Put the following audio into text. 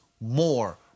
more